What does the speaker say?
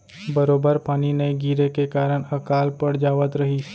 बरोबर पानी नइ गिरे के कारन अकाल पड़ जावत रहिस